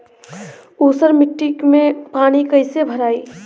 ऊसर मिट्टी में पानी कईसे भराई?